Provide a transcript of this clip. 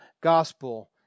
gospel